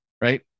right